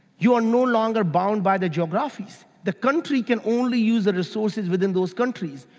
you are no longer bound by the geographies. the country can only use the resources within those countries.